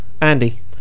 Andy